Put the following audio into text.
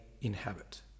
inhabit